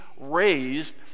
raised